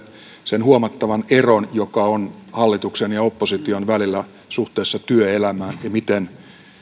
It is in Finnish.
sen huomattavan eron joka on hallituksen ja opposition välillä suhteessa työelämään ja